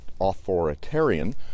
authoritarian